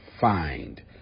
find